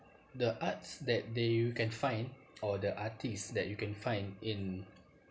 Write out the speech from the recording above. the arts that they you can find or the artist that you can find in